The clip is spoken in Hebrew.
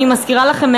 אני מזכירה לכם,